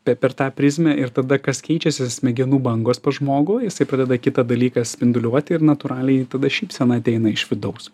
pe per tą prizmę ir tada kas keičiasi smegenų bangos pas žmogų jisai pradeda kitą dalyką spinduliuoti ir natūraliai tada šypsena ateina iš vidaus